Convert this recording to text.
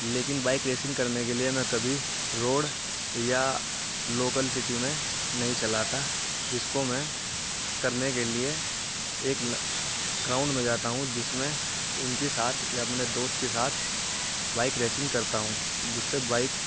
لیکن bike racing کرنے کے لیے میں کبھی روڈ یا لوکل سٹی میں نہیں چلاتا جس کو میں کرنے کے لیے ایک گراؤنڈ میں جاتا ہوں جس میں ان کی ساتھ یا اپنے دوست کے ساتھ بائک ریسنگ کرتا ہوں جس سے بائک